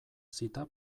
zita